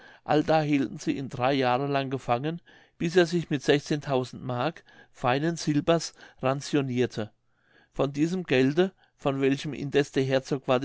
allda hielten sie ihn drei jahre lang gefangen bis er sich mit mark feinen silbers ranzionirte von diesem gelde von welchem indeß der herzog